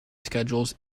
schedules